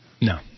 No